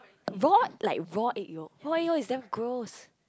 raw like raw egg yolk raw egg yolk is damn gross